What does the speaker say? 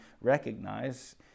recognize